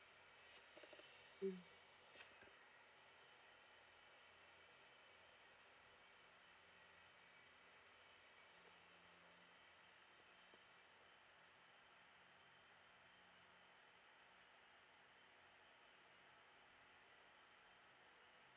mm